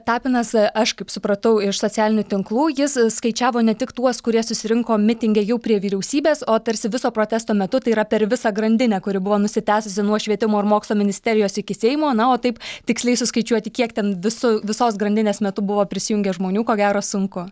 tapinas aš kaip supratau iš socialinių tinklų jis skaičiavo ne tik tuos kurie susirinko mitinge jau prie vyriausybės o tarsi viso protesto metu tai yra per visą grandinę kuri buvo nusitęsusi nuo švietimo ir mokslo ministerijos iki seimo na o taip tiksliai suskaičiuoti kiek ten viso visos grandinės metu buvo prisijungę žmonių ko gero sunku